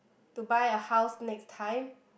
to buy a house next time